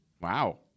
Wow